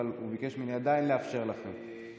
אבל הוא ביקש ממני לאפשר לכם בכל זאת,